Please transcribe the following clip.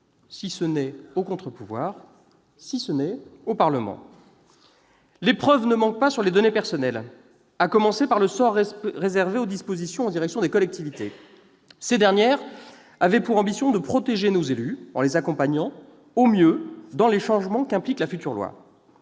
si ce n'est aux contre-pouvoirs, si ce n'est au Parlement. Les preuves ne manquent pas s'agissant du texte sur les données personnelles, à commencer par le sort réservé aux dispositions en direction des collectivités, dont l'ambition était de protéger nos élus en les accompagnant au mieux dans les changements induits par la future loi.